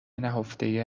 نهفته